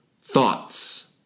thoughts